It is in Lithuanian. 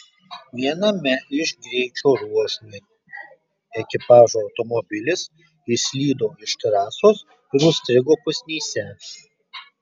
viename iš greičio ruožų ekipažo automobilis išslydo iš trasos ir užstrigo pusnyse